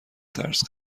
ترس